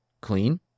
clean